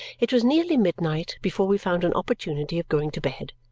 it was nearly midnight before we found an opportunity of going to bed,